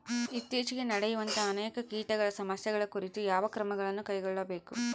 ಇತ್ತೇಚಿಗೆ ನಡೆಯುವಂತಹ ಅನೇಕ ಕೇಟಗಳ ಸಮಸ್ಯೆಗಳ ಕುರಿತು ಯಾವ ಕ್ರಮಗಳನ್ನು ಕೈಗೊಳ್ಳಬೇಕು?